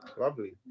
lovely